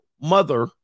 mother